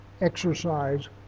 exercise